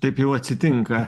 taip jau atsitinka